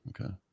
Okay